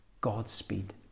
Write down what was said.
Godspeed